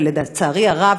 ולצערי הרב,